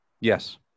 Yes